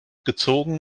gezogen